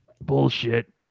bullshit